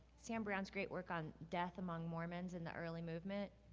sam brown's great work on death among mormons in the early movement.